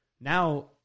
now